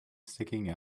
sticking